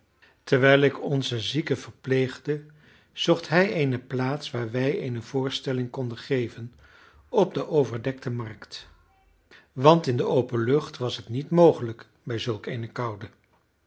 terwijl ik onzen zieke verpleegde zocht hij eene plaats waar wij eene voorstelling konden geven op de overdekte markt want in de open lucht was het niet mogelijk bij zulk eene koude